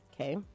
Okay